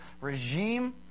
regime